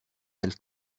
del